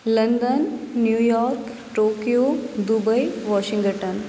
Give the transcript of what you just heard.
London New York Tokyo Dubai Washington